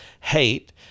hate